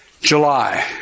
July